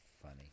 funny